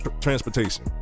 transportation